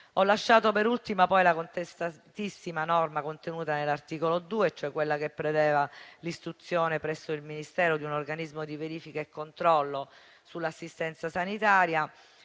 Ho lasciato per ultima la contestatissima norma contenuta nell'articolo 2, che prevede l'istituzione, presso il Ministero, di un organismo di verifica e controllo sull'assistenza sanitaria.